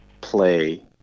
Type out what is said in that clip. play